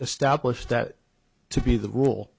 establish that to be the rule